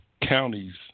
counties